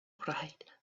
bright